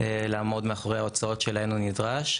לעמוד מאחורי ההוצאות שלהן הוא נדרש.